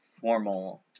formal